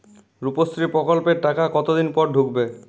রুপশ্রী প্রকল্পের টাকা কতদিন পর ঢুকবে?